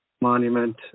monument